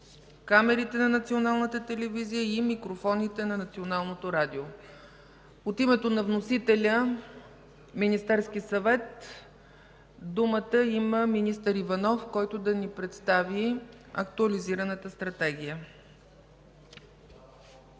камерите на Националната телевизия и микрофоните на Националното радио. От името на вносителя – Министерският съвет, думата има министър Иванов, който да представи Актуализираната стратегия.